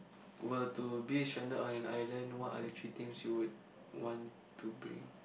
were to be stranded on an island what are the three things you would want to bring